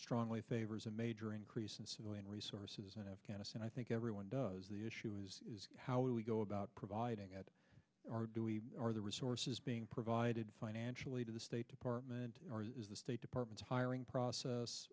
strongly favors a major increase in civilian resources in afghanistan i think everyone does the issue is how do we go about providing that or do we are the resources being provided financially to the state department or is the state department's hiring process